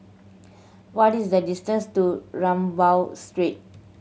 what is the distance to Rambau Street